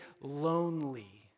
lonely